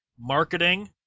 marketing